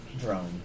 drone